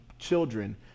children